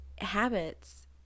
habits